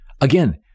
Again